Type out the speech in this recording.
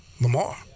lamar